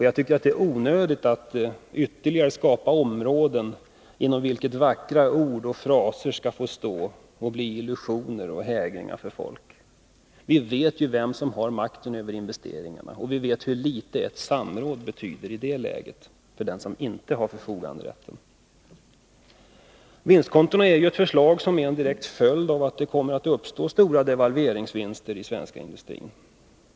Jag tycker det är onödigt att skapa ytterligare områden inom vilka vackra ord och fraser får bli illusioner och hägringar för folk. Vi vet vem som har makten över investeringarna; och vi vet hur litet ett samråd politiska åtgärder betyder i det läget för den som inte har förfoganderätten. m.m. svensk industri.